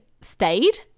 stayed